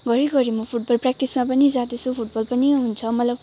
घरिघरि म फुटबल प्रयाक्टिसमा पनि जादैँछु फुटबल पनि हुन्छ मलाई